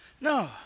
No